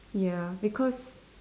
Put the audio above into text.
ya because